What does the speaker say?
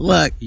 Look